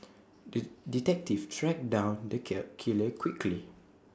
the detective tracked down the cat killer quickly